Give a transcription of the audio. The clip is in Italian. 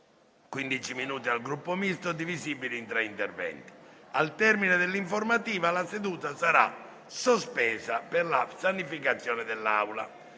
minuti al Gruppo Misto, divisibili in tre interventi). Al termine dell'informativa la seduta sarà sospesa per la sanificazione dell'Aula.